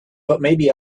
butmaybe